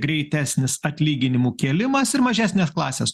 greitesnis atlyginimų kėlimas ir mažesnės klasės